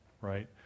right